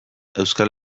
euskal